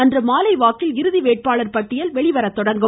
அன்று மாலை வாக்கில் இறுதி வேட்பாளர் பட்டியல் வெளிவரத்தொடங்கும்